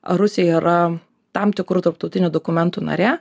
rusija yra tam tikrų tarptautinių dokumentų narė